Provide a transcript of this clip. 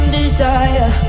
desire